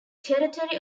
territory